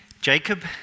Jacob